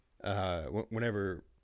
Whenever